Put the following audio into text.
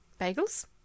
bagels